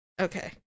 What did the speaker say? Okay